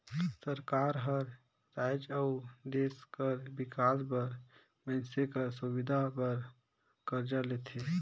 सरकार हर राएज अउ देस कर बिकास बर मइनसे कर सुबिधा बर करजा लेथे